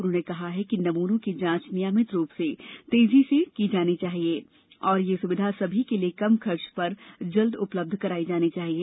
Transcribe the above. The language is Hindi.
उन्होंने कहा कि नमूनों की जांच नियमित रूप से तेजी से की जानी चाहिए और यह सुविधा सभी के लिए कम खर्च पर जल्द उपलब्ध कराई जानी चाहिए